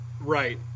right